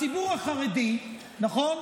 הציבור החרדי, נכון?